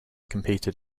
competed